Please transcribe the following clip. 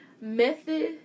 Method